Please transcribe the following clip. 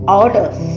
orders